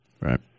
Right